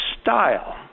style